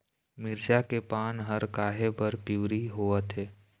मिरचा के पान हर काहे बर पिवरी होवथे?